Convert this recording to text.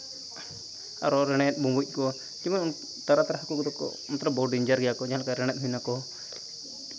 ᱟᱨ ᱦᱚᱸ ᱨᱮᱲᱮᱫ ᱵᱩᱵᱩᱡ ᱠᱚ ᱡᱮᱢᱚᱱ ᱛᱟᱨᱟ ᱛᱟᱨᱟ ᱦᱟᱹᱠᱩ ᱠᱚᱫᱚ ᱠᱚ ᱵᱚᱦᱩᱛ ᱰᱮᱱᱡᱟᱨ ᱜᱮᱭᱟ ᱠᱚ ᱡᱟᱦᱟᱸ ᱞᱮᱠᱟ ᱨᱮᱲᱮᱫ ᱦᱩᱭᱱᱟᱠᱚ